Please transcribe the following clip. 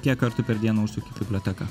kiek kartų per dieną užsuki į biblioteką